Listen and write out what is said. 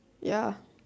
ya